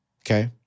okay